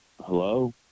Hello